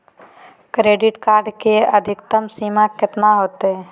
Credit card के अधिकतम सीमा कितना होते?